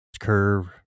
curve